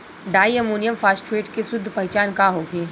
Di ammonium phosphate के शुद्ध पहचान का होखे?